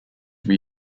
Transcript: were